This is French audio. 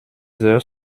heures